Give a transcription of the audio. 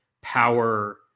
power